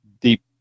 deep